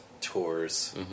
tours